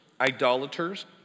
idolaters